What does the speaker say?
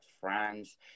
France